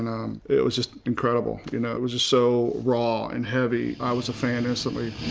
and it was just incredible. you know, it was just so raw and heavy, i was a fan instantly.